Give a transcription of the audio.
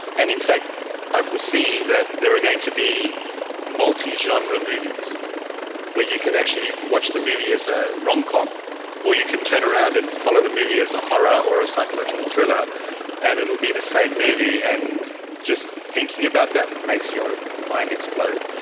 and in fact i foresee that there are going to be multi genre movies where you can actually watch the movie as a rom-com or you can turn around and follow the movie as a horror or a psychological thriller and it will be the same movie, and just thinking about that makes your mind explode.